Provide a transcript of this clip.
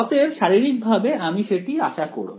অতএব শারীরিকভাবে আমি সেটি আশা করব